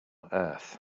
earth